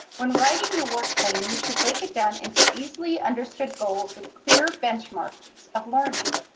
when writing your work plan, you should break it down into easily understood goals with clear benchmarks of learning.